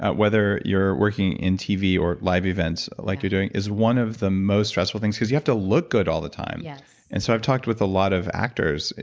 ah whether you're working in tv or live events like you're doing, is one of the most stressful things because you have to look good all the time yes and so, i've talked with a lot of actors.